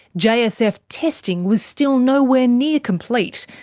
jsf testing was still nowhere near complete,